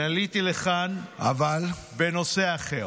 אני עליתי לכאן בנושא אחר.